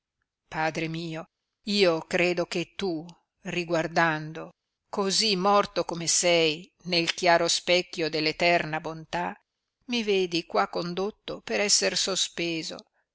padre mio io credo che tu riguardando così morto come sei nel chiaro specchio dell'eterna bontà mi vedi qua condotto per esser sospeso